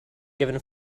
given